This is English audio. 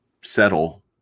settle